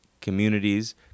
communities